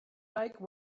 like